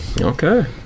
okay